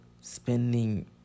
spending